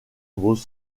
vos